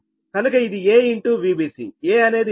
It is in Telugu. కనుక ఇది a Vbc a అనేది భిన్నం